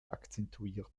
akzentuiert